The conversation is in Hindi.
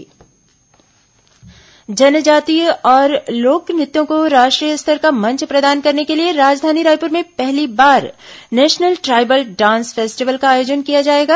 ट्राइबल डांस फेस्टिवल जनजातीय और लोक नृत्यों को राष्ट्रीय स्तर का मंच प्रदान करने के लिए राजधानी रायपुर में पहली बार नेशनल ट्राइबल डांस फेस्टिवल का आयोजन किया जाएगा